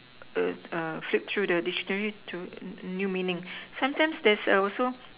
a a flip through the dictionary to new new meanings sometimes there's a also